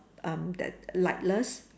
um that lightless